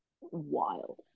wild